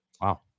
Wow